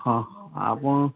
ହଁ ଆପଣ